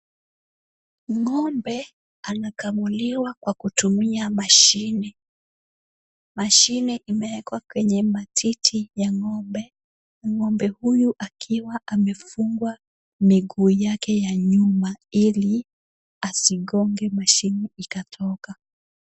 Ng'ombe anakamuliwa kwa kutumia mashine. Mashine imewekwa kwenye matiti ya ng'ombe. Ng'ombe huyu akiwa amefungwa miguu yake ya nyuma ili asigonge mashine ikatoka.